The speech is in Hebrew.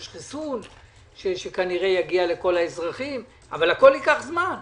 יש חיסון שכנראה יגיע לאזרחים, אבל הכול ייקח זמן.